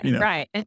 Right